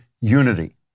unity